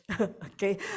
okay